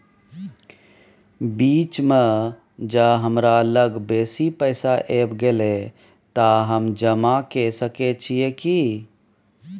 बीच म ज हमरा लग बेसी पैसा ऐब गेले त हम जमा के सके छिए की?